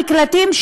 תנו למקלטים,